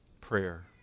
prayer